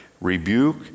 rebuke